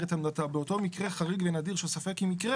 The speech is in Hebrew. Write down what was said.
את עמדתה באותו מקרה חריג ונדיר שספק אם יקרה.